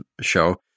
show